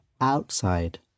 outside